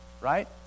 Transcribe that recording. right